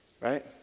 Right